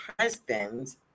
husband